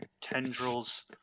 tendrils